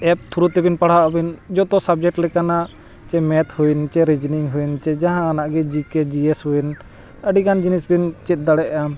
app through ᱛᱮᱵᱤᱱ ᱯᱟᱲᱦᱟᱜ ᱟᱹᱵᱤᱱ ᱡᱚᱛᱚ ᱥᱟᱵᱽᱡᱮᱠᱴ ᱞᱮᱠᱟᱱᱟᱜ ᱪᱮ ᱢᱮᱛᱷ ᱦᱩᱭᱮᱱ ᱪᱮ ᱨᱤᱡᱱᱤᱝ ᱦᱩᱭᱮᱱ ᱪᱮ ᱡᱟᱦᱟᱸᱱᱟᱜ ᱜᱮ ᱡᱤ ᱠᱮ ᱡᱤ ᱮᱥ ᱦᱩᱭᱮᱱ ᱟᱹᱰᱤ ᱜᱟᱱ ᱡᱤᱱᱤᱥ ᱵᱤᱱ ᱪᱮᱫ ᱫᱟᱲᱮᱭᱟᱜᱼᱟ